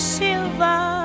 silver